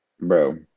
Bro